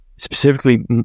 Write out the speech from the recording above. Specifically